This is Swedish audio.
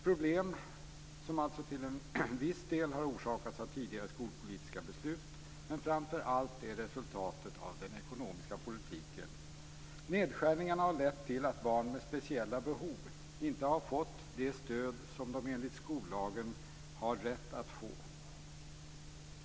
Problemen har till en viss del orsakats av tidigare skolpolitiska beslut, men framför allt är de resultatet av den ekonomiska politiken. Nedskärningarna har lett till att barn med speciella behov inte har fått det stöd som de enligt skollagen har rätt att få.